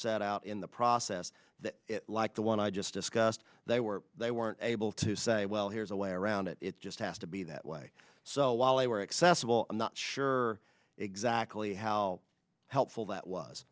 set out in the process like the one i just discussed they were they weren't able to say well here's a way around it it just has to be that way so while they were accessible i'm not sure exactly how helpful that was